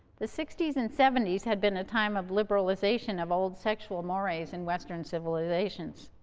the sixties and seventies had been a time of liberalization of old sexual mores in western civilizations.